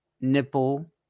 nipple